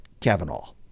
kavanaugh